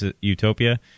utopia